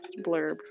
blurb